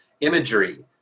imagery